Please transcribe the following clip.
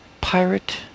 Pirate